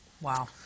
wow